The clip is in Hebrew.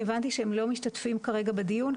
כי הבנתי שהם לא משתתפים כרגע בדיון,